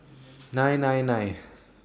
nine nine nine